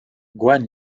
guan